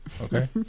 okay